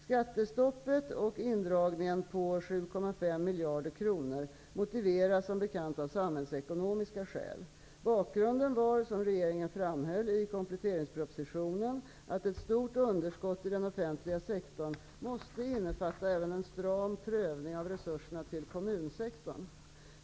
Skattestoppet och indragningen på 7,5 miljarder kronor motiveras som bekant av samhällsekonomiska skäl. Bakgrunden var, som regeringen framhöll i kompletteringspropositionen, att ett stort underskott i den offentliga sektorn måste innefatta även en stram prövning av resurserna till kommunsektorn.